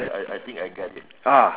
ah